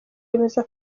yemeza